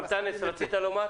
אנטאנס, רצית לומר משהו?